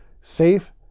safe